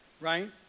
right